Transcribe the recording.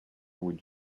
would